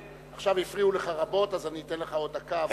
עכשיו הפריעו לך רבות, אז אני אתן לך עוד דקה.